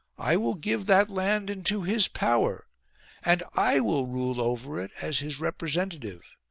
i will give that land into his power and i will rule over it as his representative.